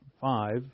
five